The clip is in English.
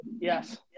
Yes